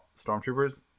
stormtroopers